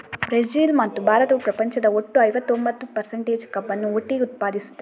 Brazil ಮತ್ತು ಭಾರತವು ಪ್ರಪಂಚದ ಒಟ್ಟು ಐವತ್ತೊಂಬತ್ತು ಪರ್ಸಂಟೇಜ್ ಕಬ್ಬನ್ನು ಒಟ್ಟಿಗೆ ಉತ್ಪಾದಿಸುತ್ತದೆ